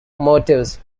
motives